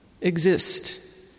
exist